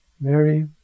Mary